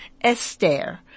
Esther